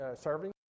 serving